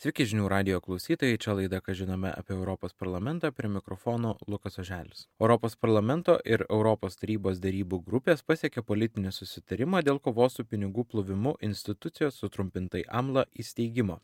sveiki žinių radijo klausytojai čia laida ką žinome apie europos parlamentą prie mikrofono lukas oželis europos parlamento ir europos tarybos derybų grupės pasiekė politinį susitarimą dėl kovos su pinigų plovimu institucijos sutrumpintai amla įsteigimo